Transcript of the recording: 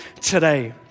today